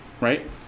Right